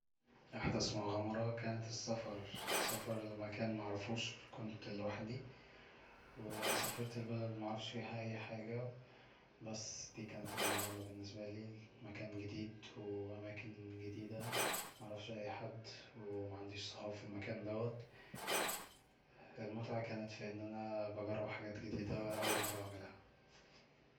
"احدث كانت السفر لمكان معرفوش وكنت لوحدي و سافرت لبلد معرفش فيه اي حاجة بس دي كانت مغامرة بالنسبالي مكان جديد وأماكن جديده معرفش اي حد ومعنديش صحاب في المكان دوت المتعة كانت في اني أنا بجرب حجات جديده اول مره اعملها"